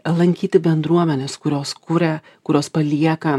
lankyti bendruomenes kurios kuria kurios palieka